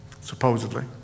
supposedly